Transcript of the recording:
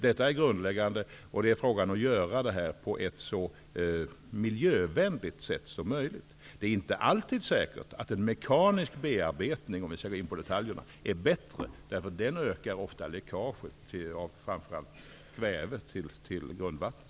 Detta är grundläggande, och det är fråga om att göra det på ett så miljövänligt sätt som möjligt. Det är inte alltid säkert att en mekanisk bearbetning är bättre, eftersom det ofta ökar läckaget av framför allt kväve till grundvattnet.